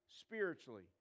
spiritually